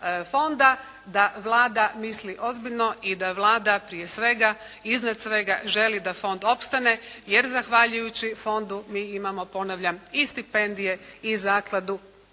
fonda da Vlada misli ozbiljno i da Vlada prije svega i iznad svega želi da fond opstane jer zahvaljujući fondu mi imamo ponavljam i stipendije i zakladu.